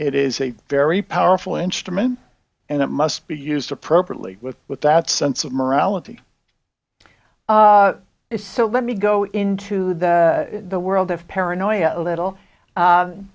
it is a very powerful instrument and it must be used appropriately with with that sense of morality is so let me go into the the world of paranoia a little